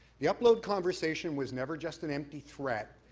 the upload conversation was never just an empty threat,